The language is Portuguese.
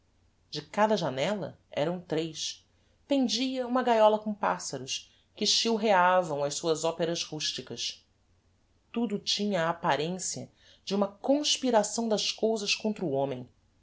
de cada janella eram trez pendia uma gaiola com passaros que chilreavam as suas operas rusticas tudo tinha a apparencia de uma conspiração das cousas contra o homem